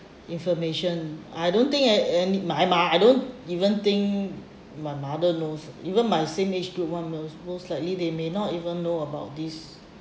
information I don't think a~ and my mo~ I don't even think my mother knows even my same age group one knows most likely they may not even know about this